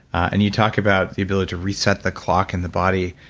and you talk about the ability to reset the clock and the body.